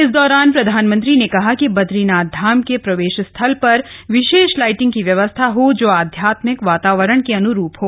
इस दौरान प्रधानमंत्री ने कहा कि बदरीनाथ धाम के प्रवेश स्थल पर विशेष लाइटिंग की व्यवस्था हो जो आध्यात्मिक वातावरण के अन्रूप हो